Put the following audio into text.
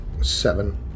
Seven